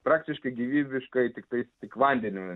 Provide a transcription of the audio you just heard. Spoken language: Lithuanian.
praktiškai gyvybiškai tiktais tik vandenimi